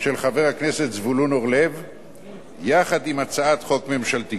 של חבר הכנסת זבולון אורלב יחד עם הצעת חוק ממשלתית.